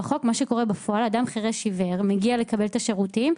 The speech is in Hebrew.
בפועל אדם חירש עיוור מגיע לקבל את השירותים,